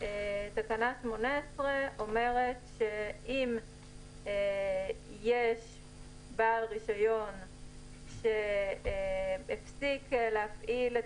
שתקנה 18 אומרת שאם יש בעל רישיון שהפסיק להפעיל את